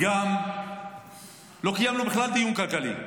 גם לא קיימנו דיון כלכלי בכלל.